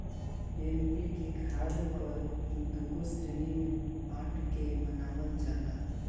NPK खाद कअ दूगो श्रेणी में बाँट के बनावल जाला